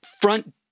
front